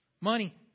money